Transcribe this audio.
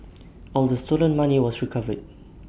all the stolen money was recovered